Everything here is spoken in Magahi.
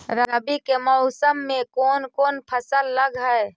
रवि के मौसम में कोन कोन फसल लग है?